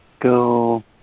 go